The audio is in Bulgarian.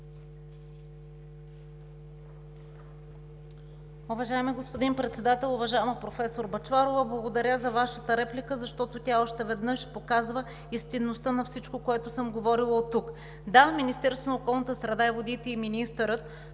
Уважаеми господин Председател! Уважаема професор Бъчварова, благодаря за Вашата реплика, защото тя още веднъж показва истинността на всичко, което съм говорила от тук. Да, Министерството на околната среда и водите и министърът